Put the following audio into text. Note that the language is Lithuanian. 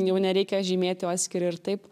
jau nereikia žymėti o atskiri ir taip